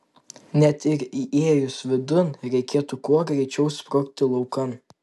net ir įėjus vidun reikėtų kuo greičiau sprukti laukan